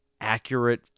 accurate